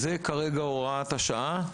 זאת הוראת השעה כרגע.